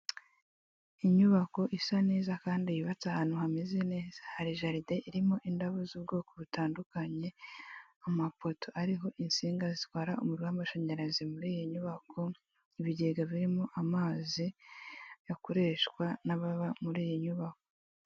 Inyubako isa neza kandi yubatse ahantu hameze neza, hari jaride irimo indabo z'ubwoko butandukanye, amapoto ariho insinga zitwara umuriro w'amashanyarazi muri iyo nyubako, ibigega birimo amazi akoreshwa n'ababa muri iyo nyubako.